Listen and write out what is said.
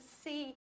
see